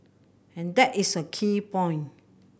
and that is a key point